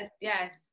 yes